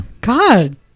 God